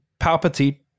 Palpatine –